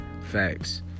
facts